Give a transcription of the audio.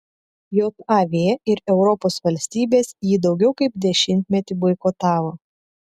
jav ir europos valstybės jį daugiau kaip dešimtmetį boikotavo